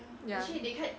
ya